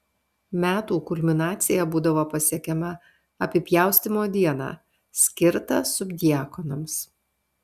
metų kulminacija būdavo pasiekiama apipjaustymo dieną skirtą subdiakonams